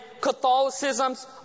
Catholicism's